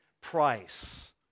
price